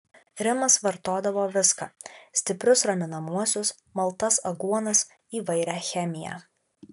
rimas vartodavo viską stiprius raminamuosius maltas aguonas įvairią chemiją